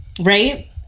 Right